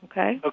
Okay